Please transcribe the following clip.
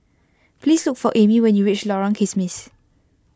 please look for Amie when you reach Lorong Kismis